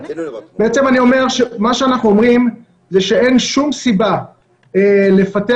מה שאנחנו אומרים זה שאין שום סיבה לפתח